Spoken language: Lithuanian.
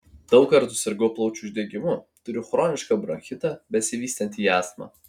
daug kartų sirgau plaučių uždegimu turiu chronišką bronchitą besivystantį į astmą